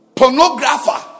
pornographer